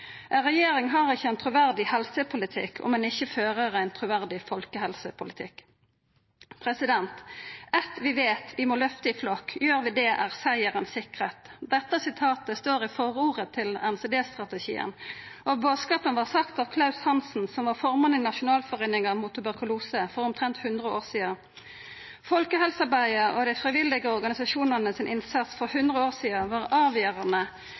Ei regjering har ikkje ein truverdig helsepolitikk om ein ikkje fører ein truverdig folkehelsepolitikk. «Ett vet vi – vi må løfte i flokk. Gjør vi det, er seieren sikker!» Dette sitatet står i forordet til NCD-strategien, og bodskapen kom frå Klaus Hanssen, som var formann i Nasjonalforeninga mot tuberkulose for omtrent hundre år sidan. Folkehelsearbeidet og dei frivillige organisasjonane sin innsats for hundre år sidan var avgjerande